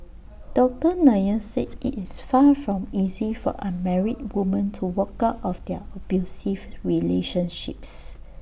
doctor Nair said IT is far from easy for unmarried woman to walk out of their abusive relationships